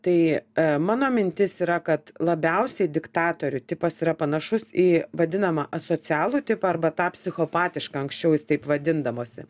tai mano mintis yra kad labiausiai diktatorių tipas yra panašus į vadinamą asocialų tipą arba ta psichopatišką anksčiau jis taip vadindavosi